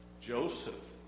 Joseph